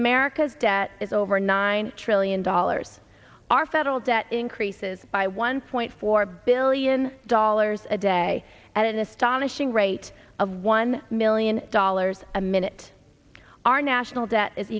america's debt is over nine trillion dollars our federal debt increases by one point four billion dollars a day at an astonishing rate of one million dollars a minute our national debt is